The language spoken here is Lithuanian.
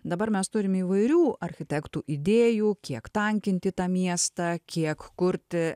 dabar mes turim įvairių architektų idėjų kiek tankinti tą miestą kiek kurti